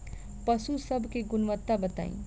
पशु सब के गुणवत्ता बताई?